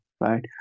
right